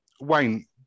Wayne